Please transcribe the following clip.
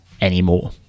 anymore